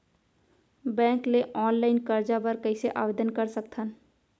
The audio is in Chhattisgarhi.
बैंक ले ऑनलाइन करजा बर कइसे आवेदन कर सकथन?